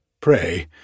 Pray